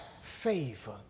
favor